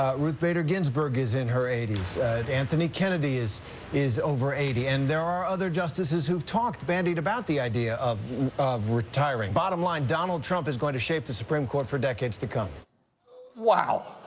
ruth bader ginsburg is in her eighty s. anthony kennedy is is over eighty. and there are other justices who have talked, bandied about the idea of of retiring. bottom line, donald trump is going to shape the supreme court for decades to come. john wow.